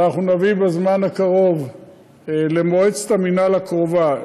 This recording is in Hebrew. נביא בזמן הקרוב למועצת המינהל הקרובה,